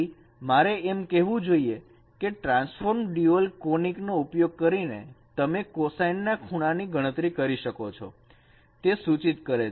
તેથી મારે એમ કહેવું જોઈએ કે ટ્રાન્સફોર્મ ડ્યુઅલ કોનીક નો ઉપયોગ કરીને તમે કોસાઈન ના ખૂણાઓની ગણતરી કરી શકો છો તે સૂચિત કરે છે